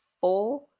four